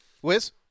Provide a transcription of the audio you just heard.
Wiz